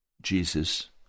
Jesus